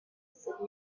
city